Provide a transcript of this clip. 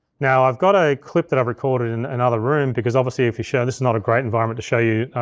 now i've got a clip that i've recorded in another room, because obviously, if you show, this is not a great environment to show you